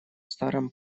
старом